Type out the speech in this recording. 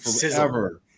forever –